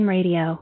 Radio